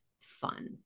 fun